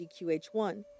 DQH1